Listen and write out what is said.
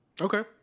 Okay